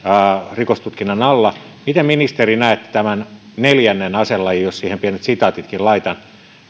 rikostutkinnan alla miten ministeri näette tämän neljännen aselajin jos siihen pienet sitaatitkin laitan